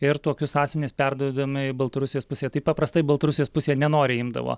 ir tokius asmenis perduodam į baltarusijos pusę taip paprastai baltarusijos pusė nenoriai imdavo